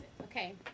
okay